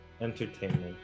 entertainment